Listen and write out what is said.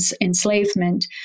enslavement